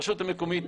הרשות המקומית